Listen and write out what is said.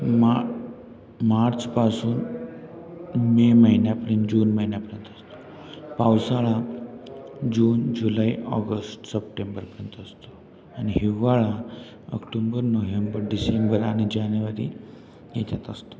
मा मार्चपासून मे महिन्यापर्यंत जून महिन्यापर्यंत असतो पावसाळा जून जुलै ऑगस्ट सप्टेंबरपर्यंत असतो आणि हिवाळा ऑक्टोंबर नोव्हेंबर डिसेंबर आणि जानेवारी याच्यात असतो